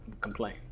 complain